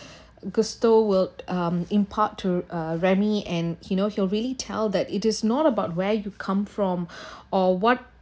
gusto will um impart to uh remy and he know he will really tell that it is not about where you come from or what